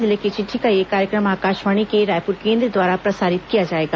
जिले की चिट्ठी का यह कार्यक्रम आकाशवाणी के रायपुर केंद्र द्वारा प्रसारित किया जाएगा